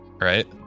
Right